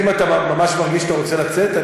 אם אתה ממש מרגיש שאתה רוצה לצאת,